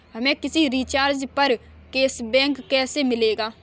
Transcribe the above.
हमें किसी रिचार्ज पर कैशबैक कैसे मिलेगा?